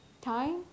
time